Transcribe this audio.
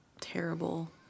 terrible